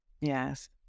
Yes